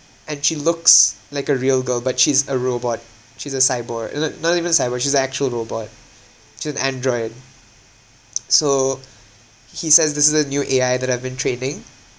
and she looks like a real girl but she's a robot she's a cyborg no~ not even a cyborg she's a actual robot she's an android so he says this is the new A_I that I've been training